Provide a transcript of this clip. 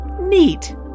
Neat